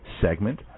segment